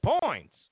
points